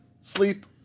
sleep